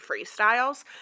freestyles